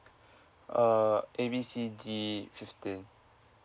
err A B C D fifteen